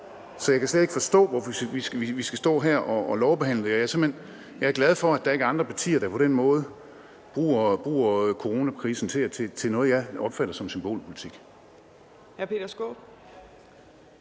Så jeg kan slet ikke forstå, hvorfor vi skal stå her og behandle forslaget. Jeg er glad for, at der ikke er andre partier, der på den måde bruger coronakrisen til noget, jeg opfatter som symbolpolitik.